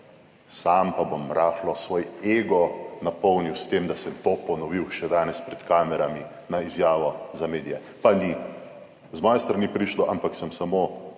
sam pa bom rahlo svoj ego napolnil s tem, da sem to ponovil še danes pred kamerami. Na izjavo za medije pa ni z moje strani prišlo, ampak sem samo